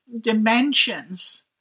dimensions